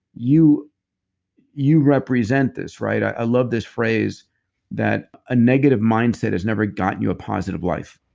you you represent this. right? i love this phrase that, a negative mindset has never gotten you a positive life.